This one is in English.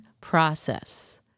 process